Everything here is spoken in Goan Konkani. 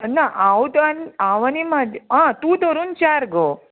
ना हांव तर हांव आनी म्हाजे आ तूं धरून चार गो